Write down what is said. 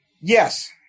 Yes